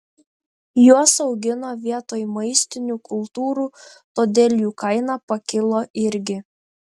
juos augino vietoj maistinių kultūrų todėl jų kaina pakilo irgi